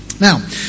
Now